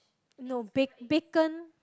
no ba~ bacon